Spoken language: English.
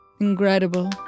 incredible